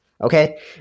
Okay